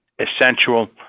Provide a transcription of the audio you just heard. essential